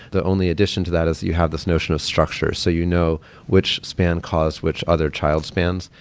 the only addition to that is you have this notion of structure, so you know which span cause, which other child spans,